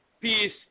peace